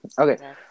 Okay